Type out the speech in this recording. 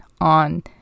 on